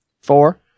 Four